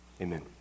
Amen